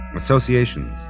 Associations